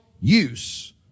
use